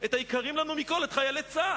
את היקרים לנו מכול, את חיילי צה"ל,